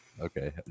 okay